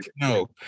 No